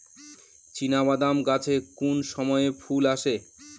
চিনাবাদাম গাছে কোন সময়ে ফুল আসে?